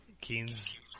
Keen's